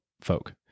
folk